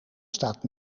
staat